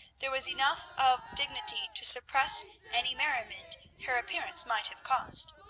there was enough of dignity to suppress any merriment her appearance might have caused.